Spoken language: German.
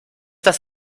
das